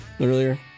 earlier